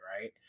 right